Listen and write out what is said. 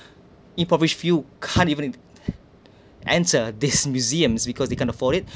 impoverished field can't even enter this museum because they can't afford it